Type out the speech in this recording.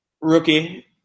Rookie